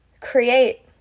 Create